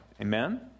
Amen